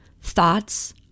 Thoughts